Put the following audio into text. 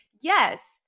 Yes